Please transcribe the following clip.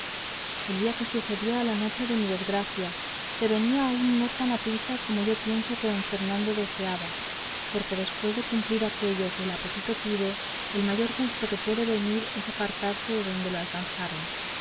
el día que sucedió a la noche de mi desgracia se venía aun no tan apriesa como yo pienso que don fernando deseaba porque después de cumplido aquello que el apetito pide el mayor gusto que puede venir es apartarse de donde le alcanzaron